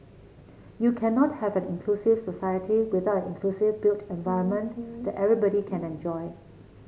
you cannot have an inclusive society without an inclusive built environment that everybody can enjoy